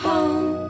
Home